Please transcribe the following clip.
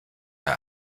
ihr